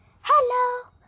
Hello